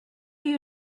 you